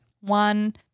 one